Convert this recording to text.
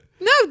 no